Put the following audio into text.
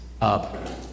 up